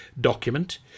document